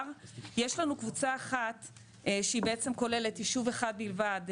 יש לנו קבוצה אחת שבעצם כוללת ישוב אחד בלבד,